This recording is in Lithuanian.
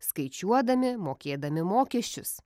skaičiuodami mokėdami mokesčius